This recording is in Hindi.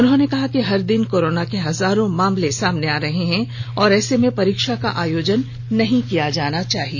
उन्होंने कहा कि हर दिन कोरोना के हजारों मामले सामने आ रहे हैं ऐसे में परीक्षा का आयोजन नहीं किया जाना चाहिए